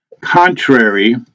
contrary